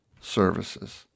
services